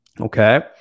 okay